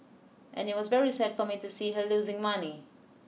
and it was very sad for me to see her losing money